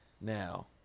now